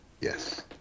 yes